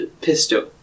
pistol